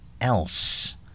Else